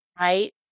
right